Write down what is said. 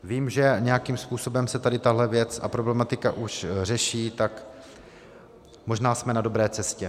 Vím, že nějakým způsobem se tady tahle věc a problematika už řeší, tak možná jsme na dobré cestě.